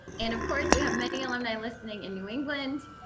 and of course, we have many alumni listening in new england,